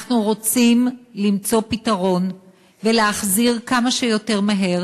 אנחנו רוצים למצוא פתרון ולהחזיר כמה שיותר מהר